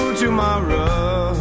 tomorrow